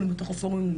הפורומים,